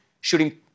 shooting